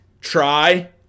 try